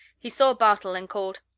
he saw bartol and called,